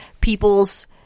people's